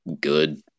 good